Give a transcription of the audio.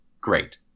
great